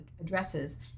addresses